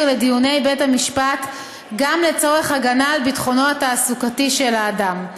לדיוני בית המשפט גם לצורך הגנה על ביטחונו התעסוקתי של אדם.